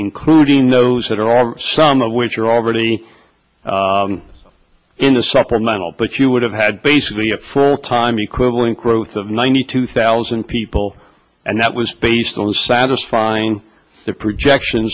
including those that are on some of which are already in the supplemental but you would have had basically a full time equivalent growth of ninety two thousand people and that was based on the satisfying the projection